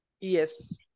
Yes